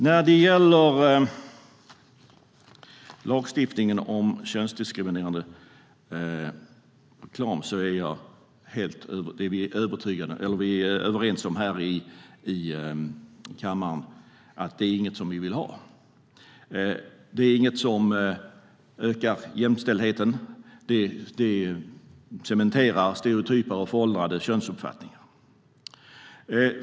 När det gäller lagstiftningen om könsdiskriminerande reklam är vi helt överens här i kammaren om att det inte är något som vi vill ha. Det är inget som ökar jämställdheten. Det cementerar stereotypa och föråldrade könsuppfattningar.